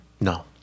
No